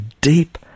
deep